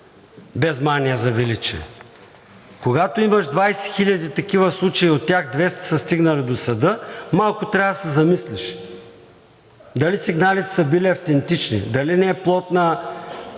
без мания за величие. Когато имаш 20 хиляди такива случая и от тях 200 са стигнали до съда, малко трябва да се замислиш дали сигналите са били автентични, дали не е плод на